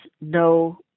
no